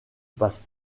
passe